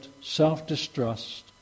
self-distrust